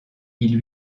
ils